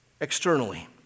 externally